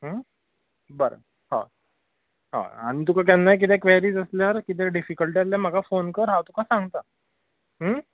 बरें आ हय आनी तुका केन्नाय किदेंय क्वेरी आसल्यार किदेंय डिफिकल्टी आसल्यार म्हाका फोन कर हांव तुका सांगतां